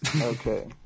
Okay